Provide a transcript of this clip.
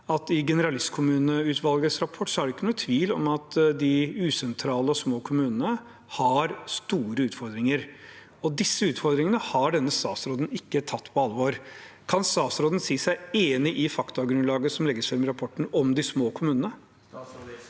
I generalistkommuneutvalgets rapport er det ingen tvil om at de usentrale og små kommunene har store utfordringer, og disse utfordringene har denne statsråden ikke tatt på alvor. Kan statsråden si seg enig i faktagrunnlaget som legges fram i rapporten om de små kommunene?